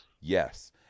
yes